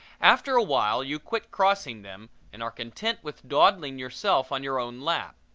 after a while you quit crossing them and are content with dawdling yourself on your own lap.